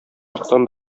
яктан